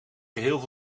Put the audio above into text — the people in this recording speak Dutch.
geheel